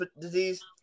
disease